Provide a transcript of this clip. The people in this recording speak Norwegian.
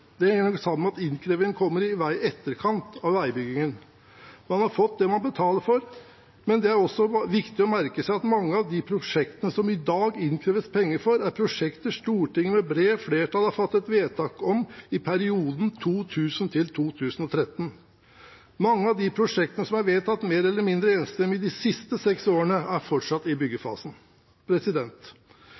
Det henger nok sammen med at innkreving kommer i etterkant av veibyggingen. Man har fått det man betaler for. Men det er også viktig å merke seg at mange av prosjektene det i dag innkreves penger for, er prosjekter Stortinget med bredt flertall har fattet vedtak om i perioden 2000–2013. Mange av prosjektene som er vedtatt, mer eller mindre enstemmig, de siste seks årene, er fortsatt i byggefasen.